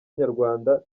nyarwanda